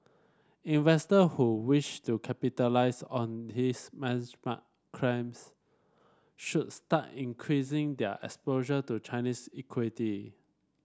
investor who wish to capitalise on his mark climbs should start increasing their exposure to Chinese equity